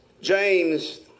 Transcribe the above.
James